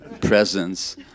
presence